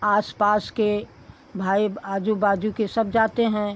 आस पास के भाई आजू बाजू के सब जाते हैं